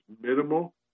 minimal